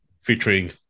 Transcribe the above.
featuring